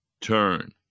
turn